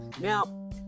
Now